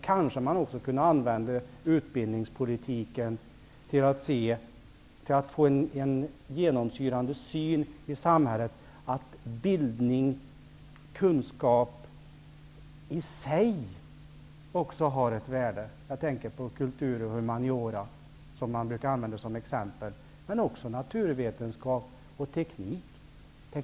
Kanske man också skulle kunna använda utbildningspolitiken för att genomsyra samhället med synen på att bildning och kunskap i sig har ett värde. Jag tänker på kultur och humaniora, som man brukar använda som exempel, men också på naturvetenskap och teknik.